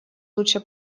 лучше